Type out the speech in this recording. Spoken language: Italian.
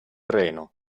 reno